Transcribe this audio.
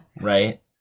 right